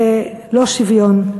זה לא שוויון.